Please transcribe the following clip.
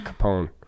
capone